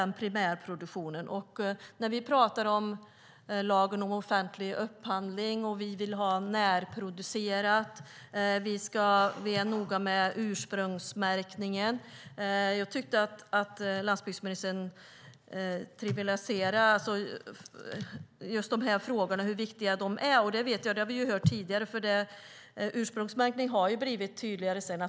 När vi talar om lagen om offentlig upphandling, om att vi vill ha närproducerat och om att vi är noga med ursprungsmärkning tycker jag att landsbygdsministern trivialiserar dessa viktiga frågor. Det har vi hört tidigare. Ursprungsmärkningen har blivit tydligare.